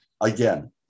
again